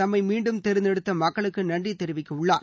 தம்மை மீண்டும் தேர்ந்தெடுத்த மக்களுக்கு நன்றி நாளை தெரிவிக்கவுள்ளார்